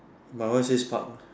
my one says part